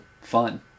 fun